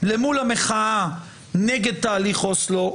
למול המחאה נגד תהליך אוסלו,